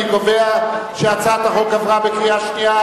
אני קובע שהצעת החוק עברה בקריאה שנייה.